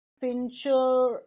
Fincher